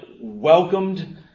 welcomed